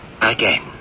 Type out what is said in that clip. again